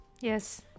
yes